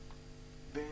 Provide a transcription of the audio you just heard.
הצבעה בעד, 5 ההצעה אושרה.